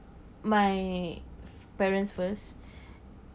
my parents first